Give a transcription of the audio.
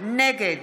נגד